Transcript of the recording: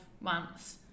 months